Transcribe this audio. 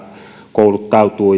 kouluttautuu